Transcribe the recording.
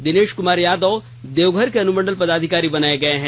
दिनेश कुमार यादव देवघर के अनुमंडल पदाधिकारी बनाये गये हैं